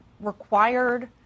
required